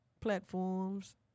platforms